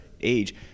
age